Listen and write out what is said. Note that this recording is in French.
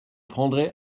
prendrai